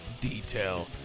detail